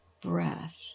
breath